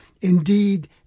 Indeed